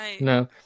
No